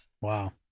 Wow